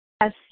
Yes